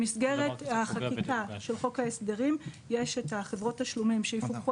במסגרת החקיקה של חוק ההסדרים יש את חברות התשלומים שיפוקחו